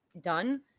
done